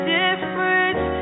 difference